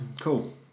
cool